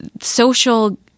social